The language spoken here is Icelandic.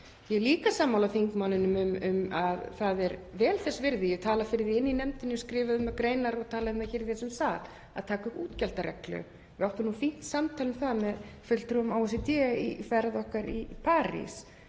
Ég er líka sammála þingmanninum um að það er vel þess virði, ég hef talað fyrir því í nefndinni, skrifað um það greinar og talað um það hér í þessum sal, að taka upp útgjaldareglu. Við áttum fínt samtal um það með fulltrúum OECD í ferð okkar í París